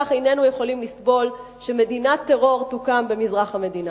כך איננו יכולים לסבול הקמת מדינת טרור במזרח המדינה.